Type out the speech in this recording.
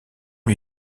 lui